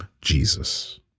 Jesus